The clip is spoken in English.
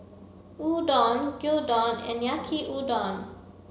Udon Gyudon and Yaki Udon